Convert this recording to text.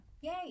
yay